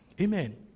Amen